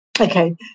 Okay